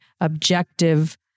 objective